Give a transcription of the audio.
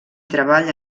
treball